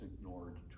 ignored